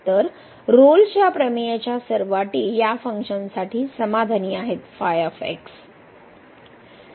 तर रोल्सच्या प्रमेयाच्या सर्व अटी या फंक्शनसाठी समाधानी आहेत